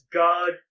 god